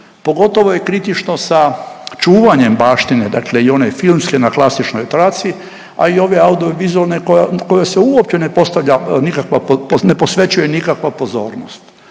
Pogotovo je kritično sa čuvanjem baštine, dakle i one filmske na klasičnoj traci, a i ove audiovizualne koja, koja se uopće ne postavlja nikakve, ne